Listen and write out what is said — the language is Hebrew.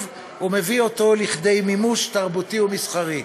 ומביא אותו לכדי מימוש תרבותי ומסחרי.